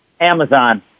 Amazon